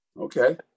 okay